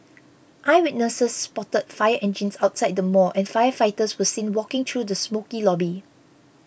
eyewitnesses spotted fire engines outside the mall and firefighters were seen walking through the smokey lobby